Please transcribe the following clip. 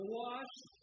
washed